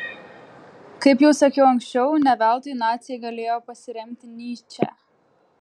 kaip jau sakiau anksčiau ne veltui naciai galėjo pasiremti nyče